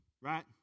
Right